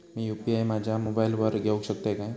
मी UPI माझ्या मोबाईलावर घेवक शकतय काय?